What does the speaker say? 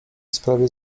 sprawie